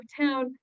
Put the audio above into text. town